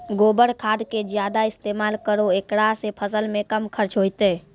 गोबर खाद के ज्यादा इस्तेमाल करौ ऐकरा से फसल मे कम खर्च होईतै?